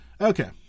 Okay